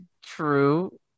true